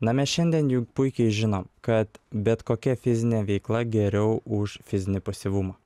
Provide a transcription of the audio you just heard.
na mes šiandien juk puikiai žinom kad bet kokia fizinė veikla geriau už fizinį pasyvumą